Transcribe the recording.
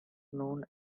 known